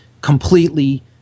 completely